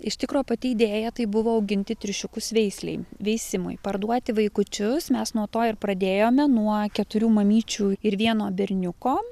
iš tikro pati idėja tai buvo auginti triušiukus veislei veisimui parduoti vaikučius mes nuo to ir pradėjome nuo keturių mamyčių ir vieno berniuko